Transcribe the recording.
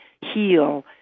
heal